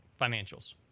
financials